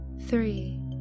three